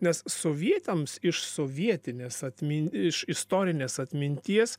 nes sovietams iš sovietinės atmin iš istorinės atminties